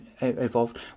evolved